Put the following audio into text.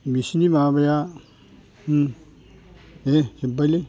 बिसिनि माबाया ए जोब्बायलै